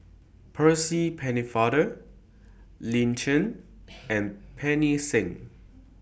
Percy Pennefather Lin Chen and Pancy Seng